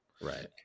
Right